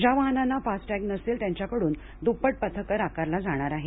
ज्या वाहनांना फास्टॅग नसेल त्यांच्याकडून दुप्पट पथकर आकारला जाणार आहे